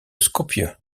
skopje